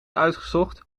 uitgezocht